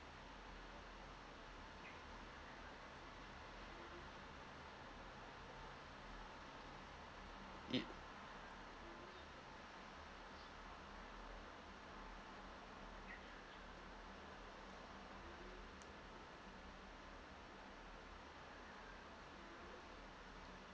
it